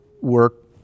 work